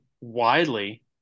widely